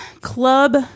Club